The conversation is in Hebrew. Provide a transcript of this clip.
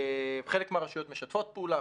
חלק מהרשויות משתפות פעולה,